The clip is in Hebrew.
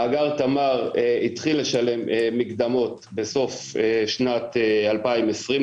מאגר תמר התחיל לשלם מקדמות בסוף שנת 2020,